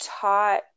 taught